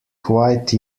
quite